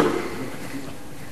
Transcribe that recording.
אישר את זה.